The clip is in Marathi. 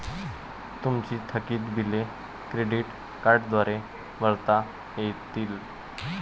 तुमची थकीत बिले क्रेडिट कार्डद्वारे भरता येतील